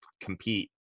compete